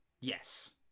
Yes